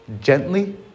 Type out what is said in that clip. gently